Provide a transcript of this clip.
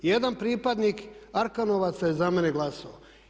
Jedan pripadnik Arkanovaca je za mene glasao.